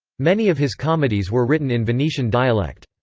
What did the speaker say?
many of his comedies were written in venetian dialect.